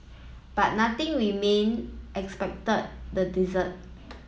but nothing remained except the desert